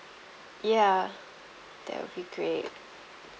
ya that would be great